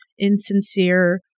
insincere